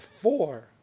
four